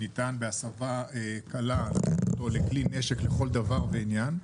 ניתן בהסבה קלה להפוך אותו לכלי נשק לכל דבר ועניין,